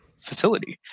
facility